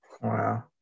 Wow